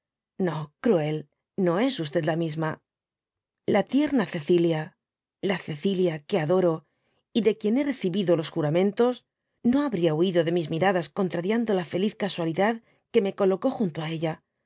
no cruel no es la misma la tierna cedby google cilia la cecilia que adoro y de quien hé recibido los juramentos no habría huido de mis miradas conti'ariando la feliz casualidad que me colocó junto á ella